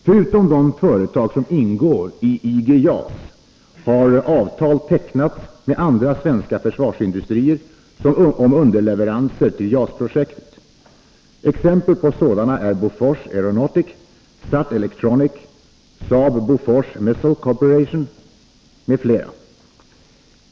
Förutom de företag som ingår i IG JAS har avtal tecknats med andra svenska försvarsindustrier om underleveranser till JAS-projektet. Exempel på sådana är Bofors Aerotronics AB, SATT Electronics AB, SaaB Bofors Missile Corporation AB m.fl.